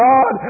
God